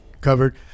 covered